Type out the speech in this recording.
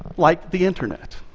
like the internet.